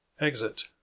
Exit